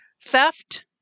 Theft